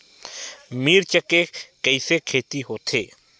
मिर्च के कइसे खेती होथे?